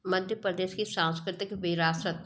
मध्य प्रदेश की सांस्कृतिक विरासत